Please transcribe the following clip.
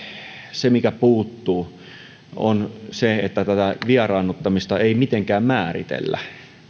se mikä puuttuu on se että tätä vieraannuttamista ei mitenkään määritellä